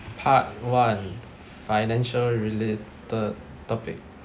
part one financial related topic